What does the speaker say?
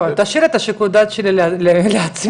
תשאיר את שיקול הדעת שלי לעצמי.